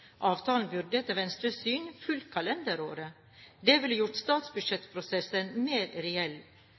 Avtalen burde etter Venstres syn fulgt kalenderåret. Det ville gjort statsbudsjettprosessen mer reell.